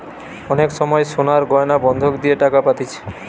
অনেক সময় সোনার গয়না বন্ধক দিয়ে টাকা পাতিছে